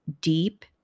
deep